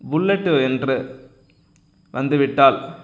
bullet என்று வந்துவிட்டால்